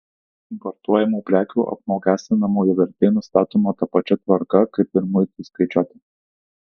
importuojamų prekių apmokestinamoji vertė nustatoma ta pačia tvarka kaip ir muitui skaičiuoti